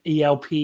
ELP